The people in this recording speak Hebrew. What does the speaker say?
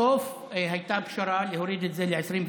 בסוף הייתה פשרה להוריד ל-21.